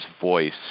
voice